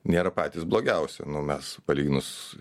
nėra patys blogiausi nu mes palyginus